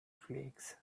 flakes